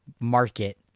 market